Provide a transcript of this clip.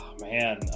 man